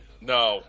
no